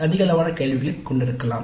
அதிகளவான கேள்விகளை கொண்டிருக்கலாம்